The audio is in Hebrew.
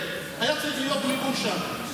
אני לא רוצה להגיד באופן ברור, אבל